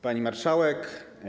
Pani Marszałek!